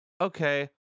okay